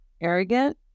arrogant